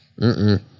Mm-mm